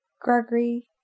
Gregory